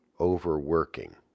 overworking